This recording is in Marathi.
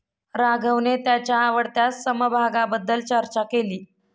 राघवने त्याच्या आवडत्या समभागाबद्दल चर्चा केली